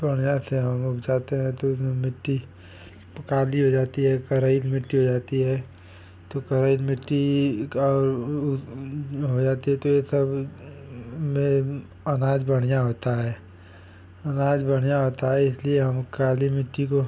बढ़ियाँ से हम उपज़ाते हैं तो उसमें मिट्टी काली हो जाती है करैल मिट्टी हो जाती है तो करैल मिट्टी का हो जाती है तो यह सब में अनाज बढ़ियाँ होता है अनाज बढ़ियाँ होता है इसलिए हम काली मिट्टी को